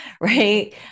right